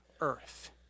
earth